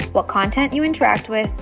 what content you interact with,